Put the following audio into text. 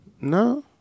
No